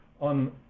on